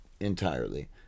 entirely